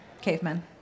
cavemen